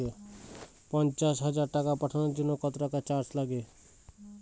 পণ্চাশ হাজার টাকা পাঠানোর জন্য কত টাকা চার্জ লাগবে?